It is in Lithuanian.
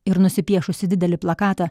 ir nusipiešusi didelį plakatą